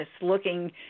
looking